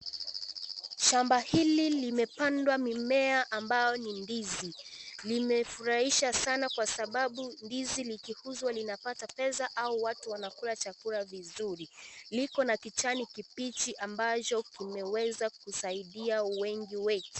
Shamba hili limepandwa mimea ambao ni ndizi, limefurahisha saana kwa sababu ndizi likiuzwa linapata pesa au watu wanakula chakula vizuuri .likona kijani kibichi ambayo imeweza kusaidia wengi wetu.